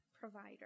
provider